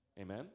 Amen